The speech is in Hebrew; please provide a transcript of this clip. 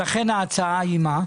לכן ההצעה היא מה?